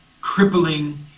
crippling